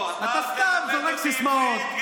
אתה סתם זורק סיסמאות,